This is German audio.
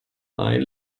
ein